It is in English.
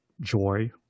joy